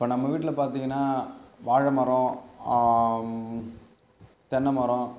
இப்போ நம்ம வீட்டில் பார்த்திங்கனா வாழை மரம் தென்னை மரம்